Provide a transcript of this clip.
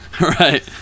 Right